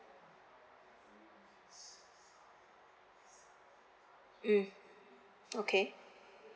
mm okay